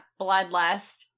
bloodlust